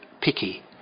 picky